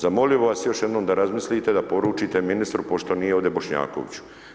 Zamolio bih vas još jednom da razmislite, da poručite ministru pošto nije ovdje Bošnjaković.